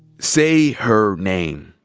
say her name.